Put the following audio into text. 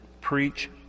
Preach